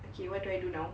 okay what do I do now